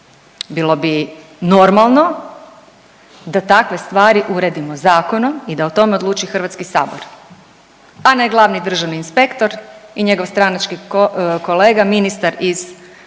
Bilo bi normalno da takve stvari uredimo zakonom i da o tome odluči HS, a ne glavni državni inspektor i njegov stranački kolega ministar iz ova